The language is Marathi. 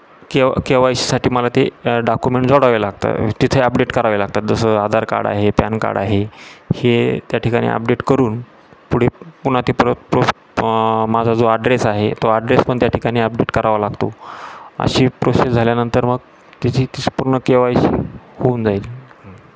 केव के वायसाठी मला ते डाकुमेंट जोडावे लागतं तिथे अपडेट करावे लागतात जसं आधार कार्ड आहे पॅन कार्ड आहे हे त्या ठिकाणी अपडेट करून पुढे पुन्हा ते प्र प्रो माझा जो आड्रेस आहे तो आड्रेस पण त्या ठिकाणी अपडेट करावा लागतो अशी प्रोसेस झाल्यानंतर मग तिची तीस पूर्ण के वाय सी होऊन जाईल